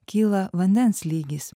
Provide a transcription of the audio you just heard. kyla vandens lygis